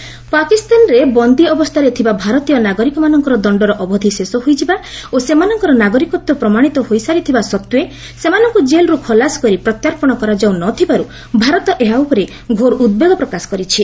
India Pakistan ପାକିସ୍ତାନରେ ବନ୍ଦୀ ଅବସ୍ଥାରେ ଥିବା ଭାରତୀୟ ନାଗରିକମାନଙ୍କର ଦଶ୍ଚର ଅବଧି ଶେଷ ହୋଇଯିବା ଓ ସେମାନଙ୍କର ନାଗରିକତ୍ୱ ପ୍ରମାଣିତ ହୋଇସାରିଥିବା ସତ୍ତ୍ୱେ ସେମାନଙ୍କୁ ଜେଲ୍ରୁ ଖଲାସ କରି ପ୍ରତ୍ୟର୍ପଣ କରାଯାଉ ନ ଥିବାରୁ ଭାରତ ଏହା ଉପରେ ଘୋର ଉଦ୍ବେଗ ପ୍ରକାଶ କରିଛି